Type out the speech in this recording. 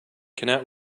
cannot